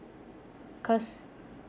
cause